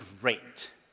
great